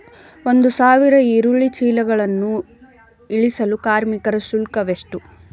ಒಂದು ಸಾವಿರ ಈರುಳ್ಳಿ ಚೀಲಗಳನ್ನು ಇಳಿಸಲು ಕಾರ್ಮಿಕರ ಶುಲ್ಕ ಎಷ್ಟು?